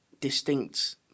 distinct